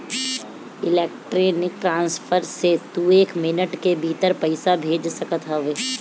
electronic transfer से तू एक मिनट के भीतर पईसा भेज सकत हवअ